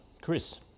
Chris